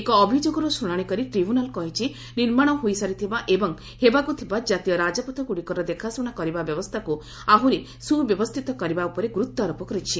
ଏକ ଅଭିଯୋଗର ଶୁଣାଣି କରି ଟ୍ରିବ୍ୟୁନାଲ୍ କହିଛି ନିର୍ମାଣ ହୋଇସାରିଥିବା ହେବାକୁଥିବା ଜାତୀୟ ରାଜପଥଗୁଡ଼ିକର ଦେଖାଶୁଣା କରିବା ବ୍ୟବସ୍ଥାକୁ ଆହୁରି ସୁବ୍ୟବସ୍ଥିତ କରିବା ଉପରେ ଗୁରୁତ୍ୱ ଆରୋପ କରିଛି